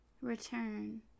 return